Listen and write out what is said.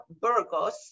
Burgos